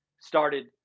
started